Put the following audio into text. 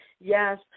Yes